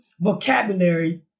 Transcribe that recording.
vocabulary